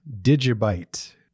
Digibyte